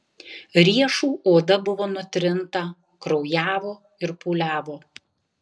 riešų oda buvo nutrinta kraujavo ir pūliavo